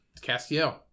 Castiel